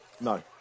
No